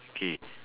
okay